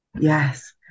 Yes